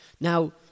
Now